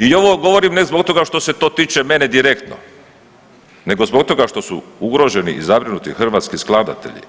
I ovo govorim ne zbog toga što se to tiče mene direktno nego zbog toga što su ugroženi i zabrinuti hrvatski skladatelji,